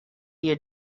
you